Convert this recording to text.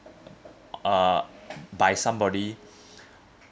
uh by somebody